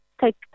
take